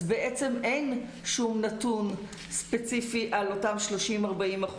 אז בעצם אין שום נתון ספציפי על אותם 30% 40%,